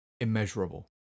immeasurable